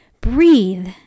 breathe